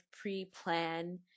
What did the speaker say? pre-plan